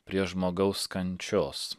prie žmogaus kančios